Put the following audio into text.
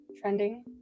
trending